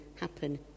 happen